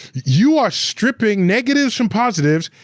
you are stripping negatives from positives,